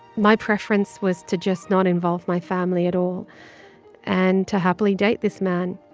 my preference was to just not involve my family at all and to happily date this man.